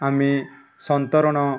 ଆମେ ସନ୍ତରଣ